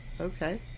Okay